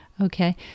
Okay